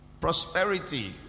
Prosperity